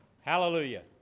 Hallelujah